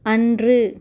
அன்று